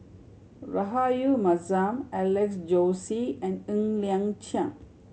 Rahayu Mahzam Alex Josey and Ng Liang Chiang